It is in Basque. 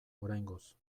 oraingoz